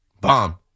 Bomb